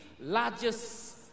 largest